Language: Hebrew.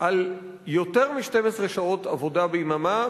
על יותר מ-12 שעות עבודה ביממה,